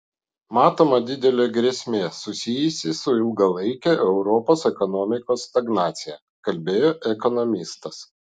matoma didelė grėsmė susijusi su ilgalaike europos ekonomikos stagnacija kalbėjo ekonomistas